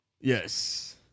Yes